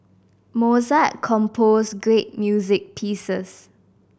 Mozart composed great music pieces